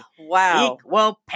wow